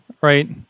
right